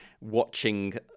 watching